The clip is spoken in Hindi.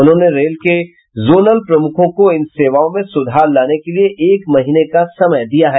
उन्होंने रेल के जोनल प्रमुखों को इन सेवाओं में सुधार लाने के लिये एक महीने का समय दिया है